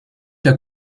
der